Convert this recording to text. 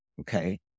Okay